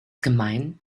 gemein